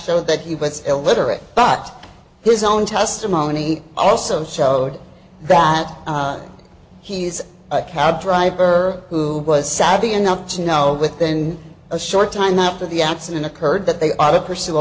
show that he was illiterate but his own testimony also showed that he is a cab driver who was savvy enough to know within a short time after the accident occurred that they ought to pursue a